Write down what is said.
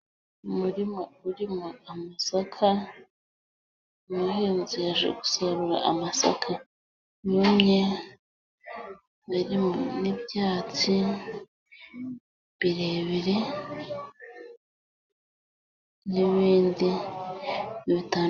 Umurima urimo amasaka, umuhinzi yaje gusarura amasaka yumye, n'ibyatsi birebire, n'ibindi bitandukanye.